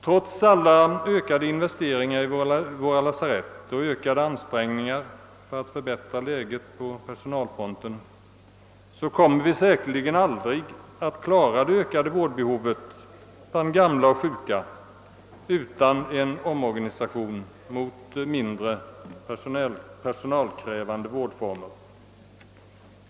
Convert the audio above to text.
Trots alla ökade investeringar i våra lasarett och ökade ansträngningar för att förbättra läget på personalfronten kommer vi säkerligen aldrig att klara det ökade vårdbehovet för de gamla och sjuka utan en omorganisation mot mindre personalkrävande vårdformer.